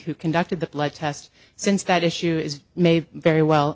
who conducted the blood test since that issue is may very well